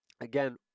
again